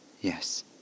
Yes